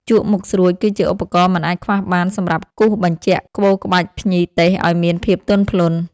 ជក់មុខស្រួច គឺជាឧបករណ៍មិនអាចខ្វះបានសម្រាប់គូសបញ្ជាក់ក្បូរក្បាច់ភ្ញីទេសឱ្យមានភាពទន់ភ្លន់។